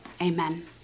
Amen